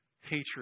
hatred